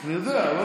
הוא לא